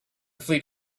fleet